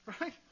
Right